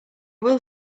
will